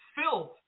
filth